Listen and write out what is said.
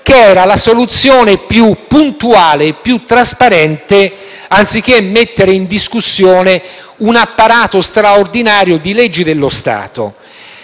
prevedeva la soluzione più puntuale e trasparente. Anziché mettere in discussione un apparato straordinario di leggi dello Stato,